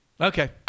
Okay